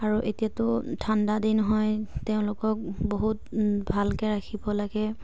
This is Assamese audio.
আৰু এতিয়াতো ঠাণ্ডা দিন হয় তেওঁলোকক বহুত ভালকে ৰাখিব লাগে